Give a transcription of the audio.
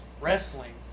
Wrestling